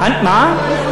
מה?